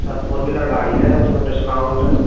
sir four wheeler गाड़ी है उसमें डिस्काउंट